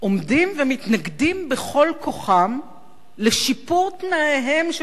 עומדים ומתנגדים בכל כוחם לשיפור תנאיהם של